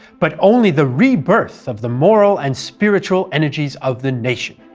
but only the rebirth of the moral and spiritual energies of the nation.